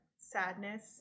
sadness